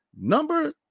Number